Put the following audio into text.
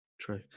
True